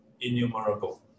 innumerable